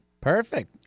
Perfect